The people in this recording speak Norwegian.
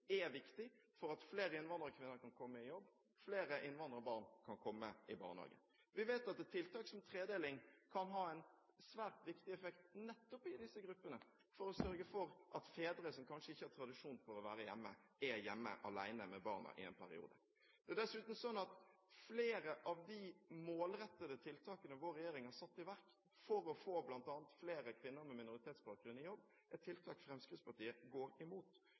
er viktig for at flere innvandrerkvinner kan komme i jobb, og flere innvandrerbarn kan komme i barnehage. Vi vet at et tiltak som tredeling kan ha en svært viktig effekt nettopp i disse gruppene, for å sørge for at fedre som kanskje ikke har tradisjon for å være hjemme, er hjemme alene med barna i en periode. Det er dessuten slik at flere av de målrettede tiltakene vår regjering har satt i verk for å få bl.a. flere kvinner med minoritetsbakgrunn i jobb, er tiltak Fremskrittspartiet går imot.